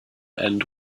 end